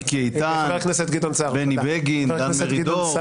מיקי איתן, בני בגין, דן מרידור.